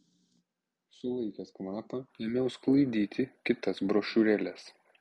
sulaikęs kvapą ėmiau sklaidyti kitas brošiūrėles